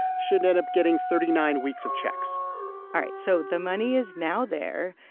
should end up getting thirty nine weeks of checks all right. so the money is now there.